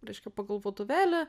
reiškia pagal vadovėlį